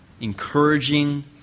encouraging